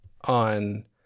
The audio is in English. on